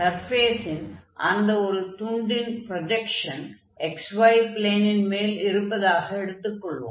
சர்ஃபேஸின் அந்த ஒரு துண்டின் ப்ரொஜக்ஷன் xy ப்ளேனின் மேல் இருப்பதாக எடுத்துக் கொள்வோம்